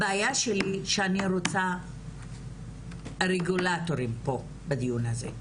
הבעיה שלי שאני רוצה רגולטורים פה בדיון הזה.